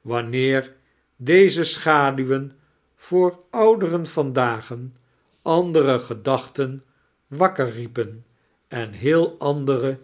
wanneer deze schaduwen voor ouderen van dagen andere gedachten wakker riepen en heel andere